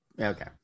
Okay